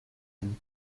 and